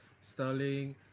sterling